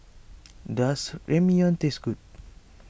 does Ramyeon taste good